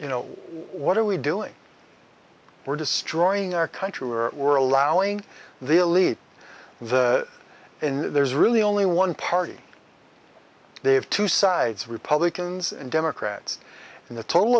you know what are we doing we're destroying our country were allowing the elite the in there's really only one party they have two sides republicans and democrats in the total